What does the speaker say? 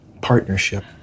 partnership